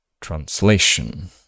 translation